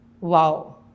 wow